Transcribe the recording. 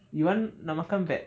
you want nak makan bat